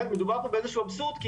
ומדובר פה באיזה שהוא אבסורד כי